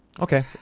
Okay